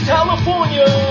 California